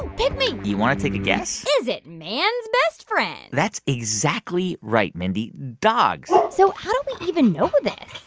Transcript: pick me you want to take a guess? is it man's best friend? that's exactly right, mindy, dogs so how do we even know this?